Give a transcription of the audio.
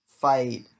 fight